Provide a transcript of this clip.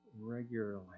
regularly